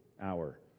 hour